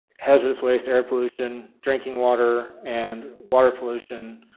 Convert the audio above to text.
hazardous waste, air pollution, drinking water, and water pollution